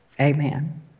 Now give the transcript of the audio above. Amen